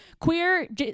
Queer